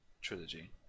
trilogy